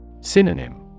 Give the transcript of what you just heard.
Synonym